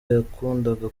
yakundaga